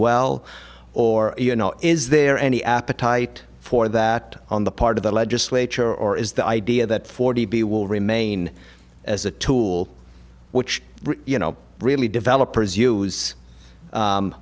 well or you know is there any appetite for that on the part of the legislature or is the idea that forty b will remain as a tool which you know really developers use